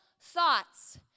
thoughts